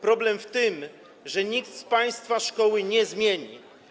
Problem jest w tym, że nikt z państwa szkoły nie zmieni.